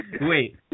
Wait